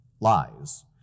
lies